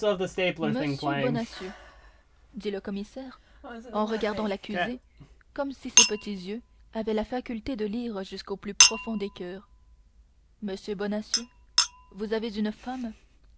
matériellement impossible monsieur bonacieux dit le commissaire en regardant l'accusé comme si ses petits yeux avaient la faculté de lire jusqu'au plus profond des coeurs monsieur bonacieux vous avez une femme